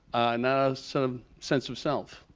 not ah sort of sense of self.